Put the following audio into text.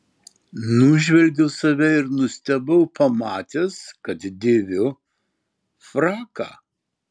nužvelgiau save ir nustebau pamatęs kad dėviu fraką